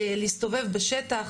להסתובב בשטח.